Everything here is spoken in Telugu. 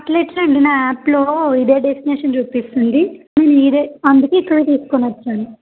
అలా ఎలాండి నా యాప్లో ఇదే డెస్టినేేషన్ చూపిస్తుంది ఇదే అందుకే ఇక్కడికి తీసుకునివచ్చాను